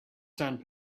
sand